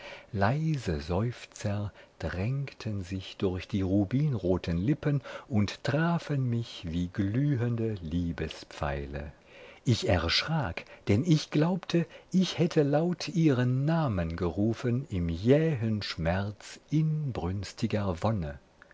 leise seufzer drängten sich durch die rubinroten lippen und trafen mich wie glühende liebespfeile ich erschrak denn ich glaubte ich hätte laut ihren namen gerufen im jähen schmerz inbrünstiger wonne